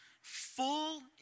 Full